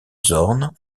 zorn